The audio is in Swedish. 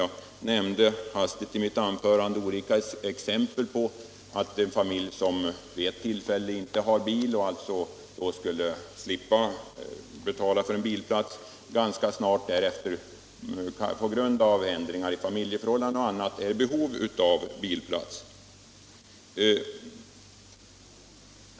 I mitt anförande nämnde jag hastigt olika exempel på att en familj, som vid ett tillfälle inte har bil och då skulle slippa att betala för bilplats, ganska snart därefter på grund av ändringar i familjeförhållandena kan få behov av en bilplats.